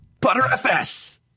ButterFS